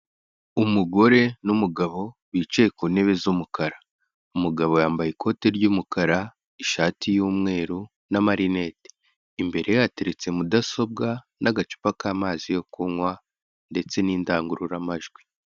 Umugore n'umugabo bicaye ku ntebe z'umukara, umugabo yambaye ikote ry'umukara, ishati y'umweru n'amarinete, imbere ye hateretse mudasobwa n'agacupa k'amazi yo kunywa ndetse n'indangururamajwi.